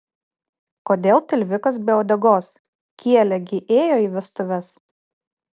kodėl tilvikas be uodegos kielė gi ėjo į vestuves